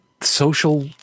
social